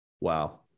wow